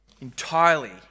entirely